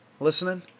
Listening